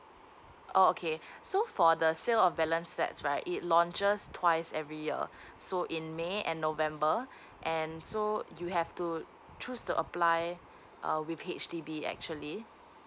oh okay so for the sale of balance flats right it's launched twice every year so in may and november and so you have to choose to apply with H_D_B actually